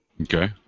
Okay